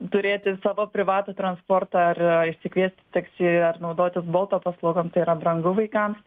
turėti savo privatų transportą ar išsikviesti taksi ar naudotis bolto paslaugom tai yra brangu vaikams